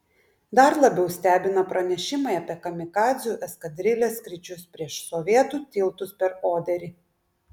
dar labiau stebina pranešimai apie kamikadzių eskadrilės skrydžius prieš sovietų tiltus per oderį